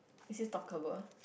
is this talkable